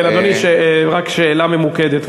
רק שאלה ממוקדת.